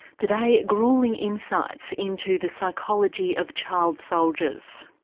today gruelling insights into the psychology of child soldiers.